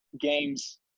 games